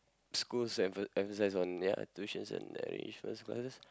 schools empha~ emphasise on their tuitions and enrichment classes